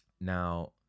now